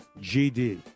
GD